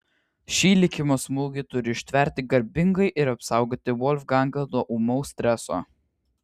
šį likimo smūgį turi ištverti garbingai ir apsaugoti volfgangą nuo ūmaus streso